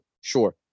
sure